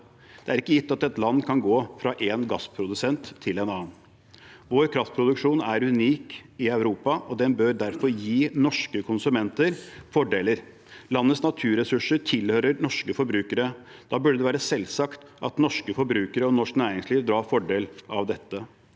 Det er ikke gitt at et land kan gå fra én gassprodusent til en annen. Vår kraftproduksjon er unik i Europa, og den bør derfor gi norske konsumenter fordeler. Landets naturressurser tilhører norske forbrukere. Da burde det være selvsagt at norske forbrukere og norsk næringsliv drar fordel av dette.